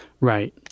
Right